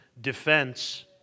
defense